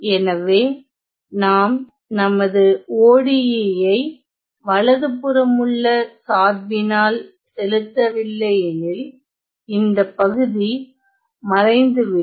எனவே நாம் நமது ODE ஐ வலதுபுறமுள்ள சார்பினால் செலுத்தவில்லையெனில் இந்த பகுதி மறைந்துவிடும்